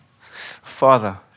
Father